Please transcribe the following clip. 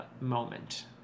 moment